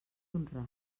honrat